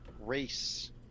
race